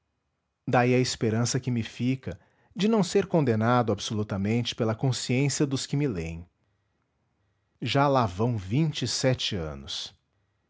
daí a esperança que me fica de não ser condenado absolutamente pela consciência dos que me lêem já lá vão vinte e sete anos